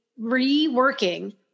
reworking